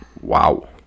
Wow